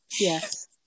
Yes